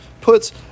puts